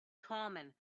common